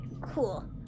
Cool